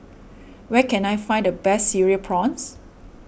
where can I find the best Cereal Prawns